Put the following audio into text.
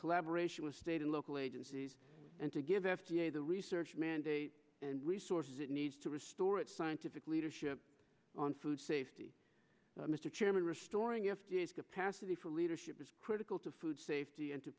collaboration with state and local agencies and to give f d a the research mandate and resources it needs to restore its scientific leadership on food safety mr chairman restoring f t s capacity for leadership is critical to food safety